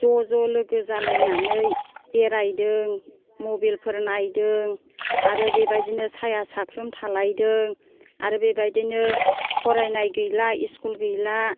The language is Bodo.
ज ज लोगो जालायनानै बेरायदों मबाइलफोर नायदों आरो बेबायदिनो साया सायख्लुम थालायदों आरो बेबायदिनो फरायनाय गैला इस्कल गैला बिदिनो